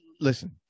listen